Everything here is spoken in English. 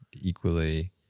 equally